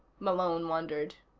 malone wondered.